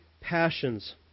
passions